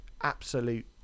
absolute